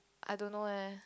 I don't know eh